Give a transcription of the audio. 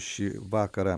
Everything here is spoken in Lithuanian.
šį vakarą